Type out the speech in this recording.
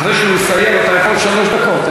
אחרי שהוא יסיים, אתה יכול שלוש דקות.